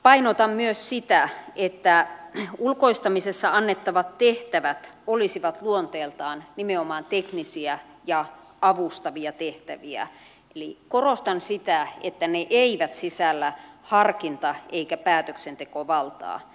painotan myös sitä että ulkoistamisessa annettavat tehtävät olisivat luonteeltaan nimenomaan teknisiä ja avustavia tehtäviä eli korostan sitä että ne eivät sisällä harkinta tai päätöksentekovaltaa